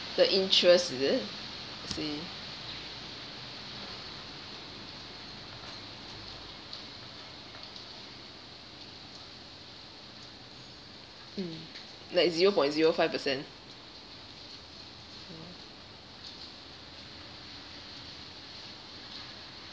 the interest is it see like zero point zero five percent